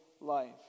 life